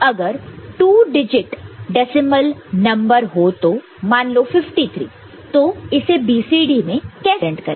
अगर 2 digit decimal number हो तो मान लो 53 तो इसे BCD में कैसे रिप्रेजेंट करें